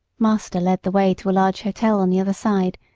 master led the way to a large hotel on the other side,